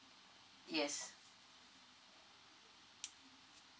yes